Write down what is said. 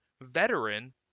veteran